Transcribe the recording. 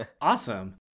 Awesome